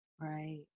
Right